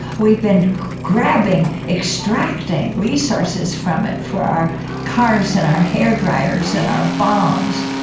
we've been grabbing, extracting resources from it for our cars and our hair dryers and our bombs,